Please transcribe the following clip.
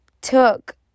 took